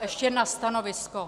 Ještě stanovisko.